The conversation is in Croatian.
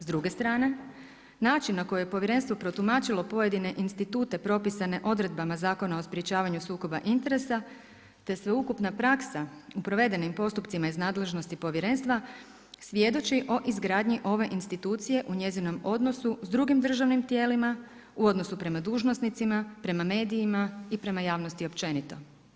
S druge strane, način na koji je Povjerenstvo protumačilo pojedine institute propisane odredbama Zakona o sprječavanju sukoba interesa te sveukupna praksa u provedenim postupcima iz nadležnosti Povjerenstva svjedoči o izgradnji ove institucije u njezinom odnosu s drugim državnim tijelima, u odnosu prema dužnosnicima, prema medijima i prema javnosti općenito.